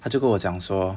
他就跟我讲说